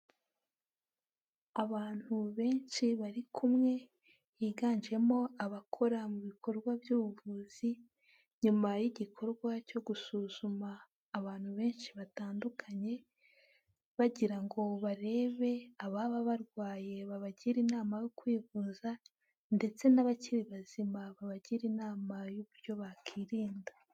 Abantu benshi bari kumwe, higanjemo abakora mu bikorwa by'ubuvuzi, nyuma y'igikorwa cyo gusuzuma abantu benshi batandukanye, bagira ngo barebe ababa barwaye babagire inama yo kwivuza ndetse n'abakiri bazima babagira inama y'uburyo bakirinda.